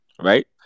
right